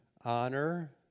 honor